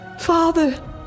Father